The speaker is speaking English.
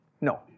No